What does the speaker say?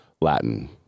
Latin